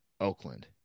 Oakland